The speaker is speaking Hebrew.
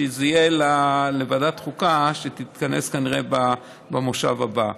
והוא יישאר לוועדת החוקה שתתכנס כנראה במושב הבא.